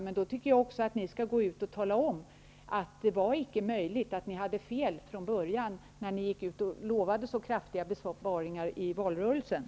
Men då skall ni också gå ut och tala om att ni hade fel från början, när ni gick ut i valrörelsen och utlovade så kraftiga besparingar.